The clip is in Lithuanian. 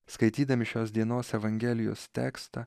skaitydami šios dienos evangelijos tekstą